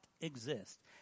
exist